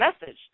message